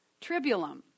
tribulum